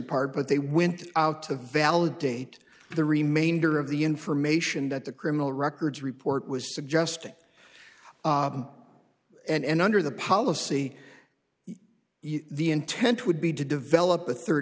part but they wind out to validate the remainder of the information that the criminal records report was suggesting and under the policy the intent would be to develop a third